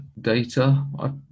data